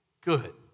good